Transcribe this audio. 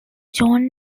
john